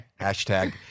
Hashtag